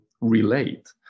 relate